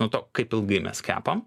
nuo to kaip ilgai mes kepam